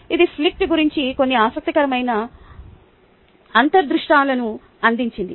ఇది ఫ్లిప్డ్ గురించి కొన్ని ఆసక్తికరమైన అంతర్దృష్టులను అందించింది